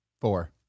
Four